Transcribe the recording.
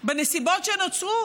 בנסיבות שנוצרו